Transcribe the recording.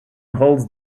holds